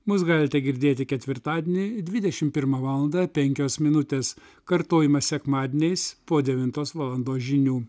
mus galite girdėti ketvirtadienį dvidešim pirmą valandą penkios minutės kartojama sekmadieniais po devintos valandos žinių